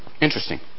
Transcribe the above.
interesting